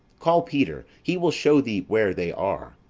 call peter he will show thee where they are.